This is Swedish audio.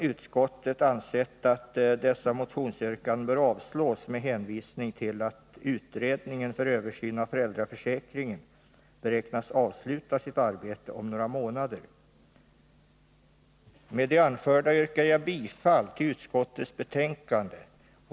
Utskottet anser att dessa motionsyrkanden bör avslås med hänvisning till att utredningen för översyn av föräldraförsäkringen skall avsluta sitt arbete om några månader. Med det anförda yrkar jag bifall till utskottets hemställan.